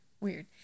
weird